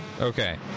Okay